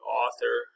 author